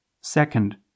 Second